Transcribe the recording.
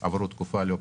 עברו תקופה לא פשוטה.